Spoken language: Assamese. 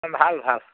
ভাল ভাল